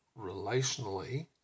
relationally